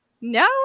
No